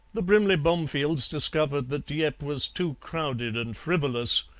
the brimley bomefields discovered that dieppe was too crowded and frivolous,